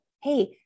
Hey